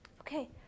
Okay